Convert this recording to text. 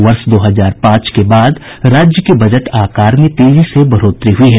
वर्ष दो हजार पांच के बाद राज्य के बजट आकार में तेजी से बढ़ोतरी हुई है